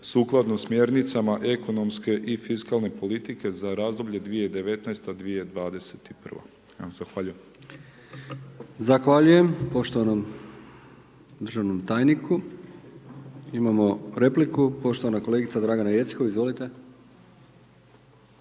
sukladno smjernicama ekonomske i fiskalne politike za razdoblje 2019.- 2021. Zahvaljujem. **Brkić, Milijan (HDZ)** Zahvaljujem, poštovanom državnom tajniku. Imamo repliku poštovana kolegica Dragana Jeckov, izvolite.